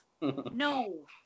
No